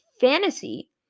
fantasy